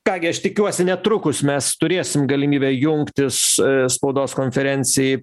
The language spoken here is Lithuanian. ką gi aš tikiuosi netrukus mes turėsim galimybę jungtis spaudos konferencijai